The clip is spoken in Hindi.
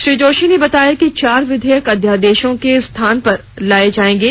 श्री जोशी ने बताया कि चार विधेयक अध्यायादेशों के स्थान पर लाए जाएंगे